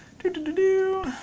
doo-doo-doo-doo.